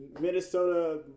Minnesota